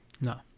No